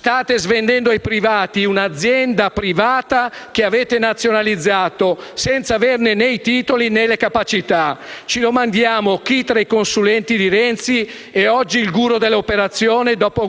State svendendo ai privati un'azienda privata che avete nazionalizzato, senza averne né i titoli né le capacità. Ci domandiamo chi tra i consulenti di Renzi sia oggi il guru dell'operazione dopo